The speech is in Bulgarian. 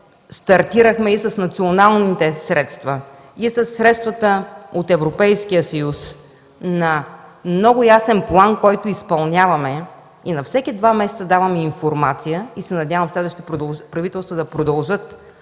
стартирахме с националните средства и със средствата от Европейския съюз много ясен план, който изпълняваме и на всеки два месеца даваме информация (надявам се и следващите правителства да продължат